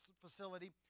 Facility